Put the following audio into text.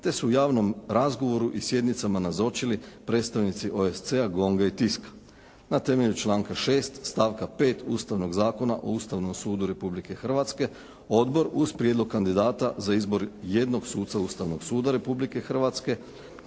te su u javnom razgovoru i sjednicama nazočili predstavnici OSCE-a, GONG-a i Tiska. Na temelju članka 6. stavka 5. Ustavnog zakona o Ustavnom sudu Republike Hrvatske Odbor uz prijedlog kandidata za izbor jednog suca Ustavnog suda Republike Hrvatske